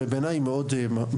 נקודה שניה ובעיניי מאוד משמעותית,